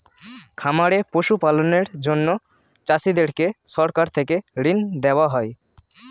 খামারে পশু পালনের জন্য চাষীদেরকে সরকার থেকে ঋণ দেওয়া হয়